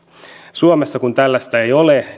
suomessa kun tällaista ei ole